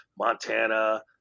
Montana